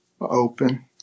open